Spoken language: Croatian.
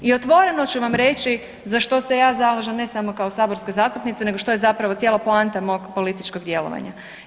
I otvoreno ću vam reći za što se ja zalažem ne samo kao saborska zastupnica nego što je zapravo cijela poanta mog političkog djelovanja.